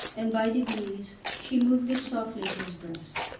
and by degrees she moved it softly to his breast.